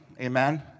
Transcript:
amen